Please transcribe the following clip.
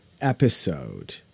episode